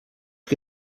que